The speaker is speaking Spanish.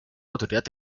autoridad